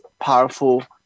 powerful